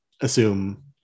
assume